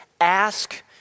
Ask